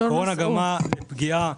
הקורונה גרמה פגיעה